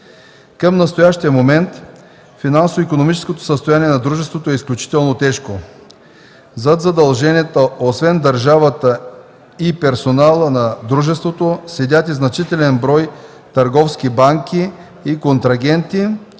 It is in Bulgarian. Към настоящия момент финансово-икономическото състояние на дружеството е изключително тежко. Зад задълженията, освен държавата и персонала на дружеството, седят и значителен брой търговски банки и контрагенти,